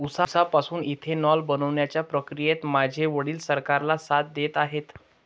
उसापासून इथेनॉल बनवण्याच्या प्रक्रियेत माझे वडील सरकारला साथ देत आहेत